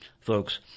folks